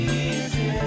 easy